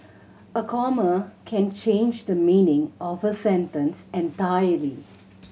a comma can change the meaning of a sentence entirely